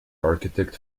architect